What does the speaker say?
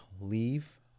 leave